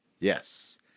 yes